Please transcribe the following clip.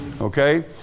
Okay